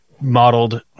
modeled